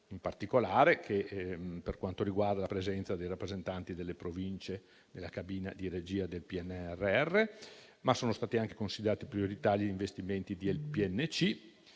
in particolare per quanto riguarda la presenza dei rappresentanti delle Province nella cabina di regia del PNRR, ma sono stati anche considerati prioritari gli investimenti del Piano